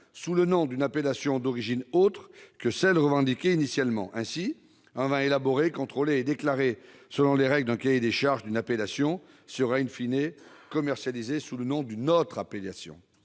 sous le nom d'une appellation d'origine autre que celle revendiquée initialement. Ainsi, un vin élaboré, contrôlé et déclaré selon les règles d'un cahier des charges d'une appellation sera commercialisé sous le nom d'une autre appellation.